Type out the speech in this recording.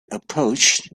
approached